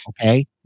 Okay